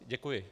Děkuji.